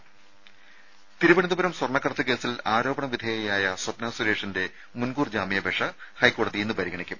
രുമ തിരുവനന്തപുരം സ്വർണ്ണക്കടത്ത് കേസിൽ ആരോപണ വിധേയയായ സ്വപ്ന സുരേഷിന്റെ മുൻകൂർ ജാമ്യാപേക്ഷ ഹൈക്കോടതി ഇന്ന് പരിഗണിയ്ക്കും